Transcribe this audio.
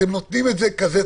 אתם נותנים את זה צולע,